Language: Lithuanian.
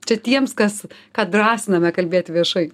čia tiems kas ką drąsiname kalbėti viešai